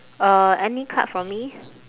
uh any card for me